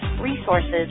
resources